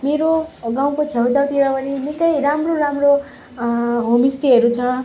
मेरो गाउँको छेउछाउतिर पनि निकै राम्रो राम्रो होमस्टेहरू छ